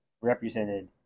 represented